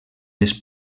les